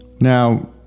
Now